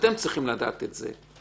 אתם צריכים לדעת את זה.